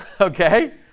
Okay